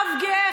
אב גאה,